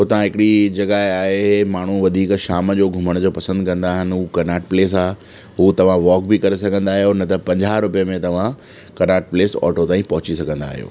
हुतां हिकिड़ी जॻह आहे माण्हूं वधीक शाम जो घुमण पसंद कंदा आहिनि हू कर्नाट पिलेस आहे हू तव्हां वॉक बि करे सघंदा आहियो न त पंजाह रूपये में तव्हां कर्नाट पिलेस ऑटो ताईं पहुची सघंदा आहियो